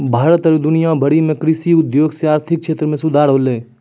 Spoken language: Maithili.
भारत आरु दुनिया भरि मे कृषि उद्योग से आर्थिक क्षेत्र मे सुधार होलै